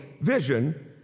vision